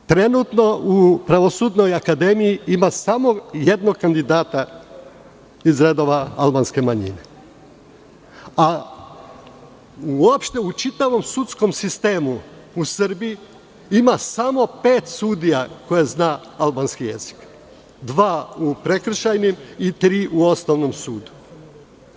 Trenutno u Pravosudnoj akademiji ima samo jedan kandidat iz redova albanske manjine, a uopšte, u čitavom sudskom sistemu u Srbiji, ima samo pet sudija koji znaju albanski jezik, dva u prekršajnim i tri u osnovnom sudu.